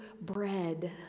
bread